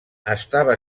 estava